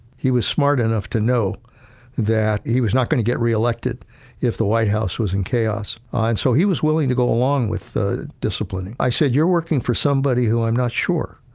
he was smart enough to know that he was not going to get reelected if the white house was in chaos. and so, he was willing to go along with disciplining, i said, you're working for somebody who i'm not sure,